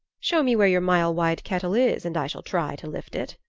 show me where your mile-wide kettle is and i shall try to lift it,